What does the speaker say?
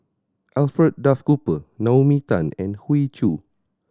Alfred Duff Cooper Naomi Tan and Hoey Choo